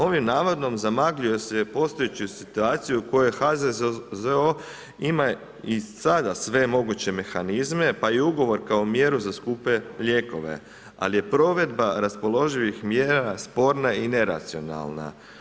Ovim navodom zamagljuje se postojeću situaciju u kojoj HZZO ima i sada sve moguće mehanizme, pa i ugovor kao mjeru za skupe lijekove, ali je provedba raspoloživih mjera sporna i neracionalna.